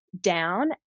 down